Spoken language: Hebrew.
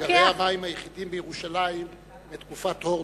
מאגרי המים היחידים בירושלים הם מתקופת הורדוס.